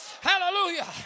Hallelujah